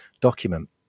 document